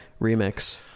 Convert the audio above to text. remix